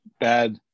bad